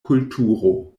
kulturo